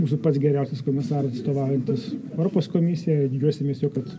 mūsų pats geriausias komisaras atstovaujantis europos komisiją didžiuosimės kad